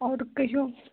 आओर कहियौ